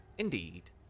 Indeed